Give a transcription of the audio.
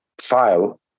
file